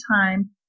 time